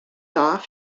off